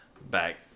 back